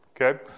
Okay